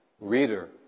Reader